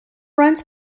runs